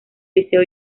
liceo